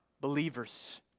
believers